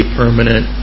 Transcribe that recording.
permanent